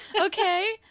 okay